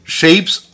shapes